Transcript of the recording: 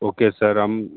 okay sir हम